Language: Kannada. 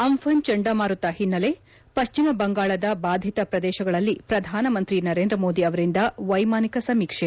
ಅಂಫನ್ ಚಂಡಮಾರುತ ಹಿನ್ನೆಲೆ ಪಶ್ಚಿಮ ಬಂಗಾಳದ ಬಾಧಿತ ಶ್ರದೇಶಗಳಲ್ಲಿ ಶ್ರಧಾನಮಂತ್ರಿ ನರೇಂದ್ರಮೋದಿ ಅವರಿಂದ ವ್ಲೆಮಾನಿಕ ಸಮೀಕ್ಸೆ